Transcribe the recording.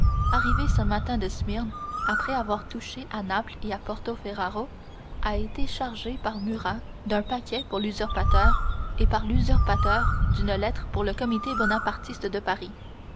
arrivé ce matin de smyrne après avoir touché à naples et à porto ferrajo a été chargé par murat d'un paquet pour l'usurpateur et par l'usurpateur d'une lettre pour le comité bonapartiste de paris